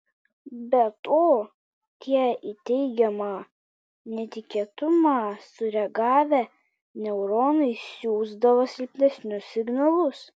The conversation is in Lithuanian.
be to tie į teigiamą netikėtumą sureagavę neuronai siųsdavo silpnesnius signalus